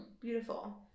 Beautiful